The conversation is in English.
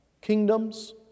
kingdoms